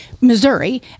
Missouri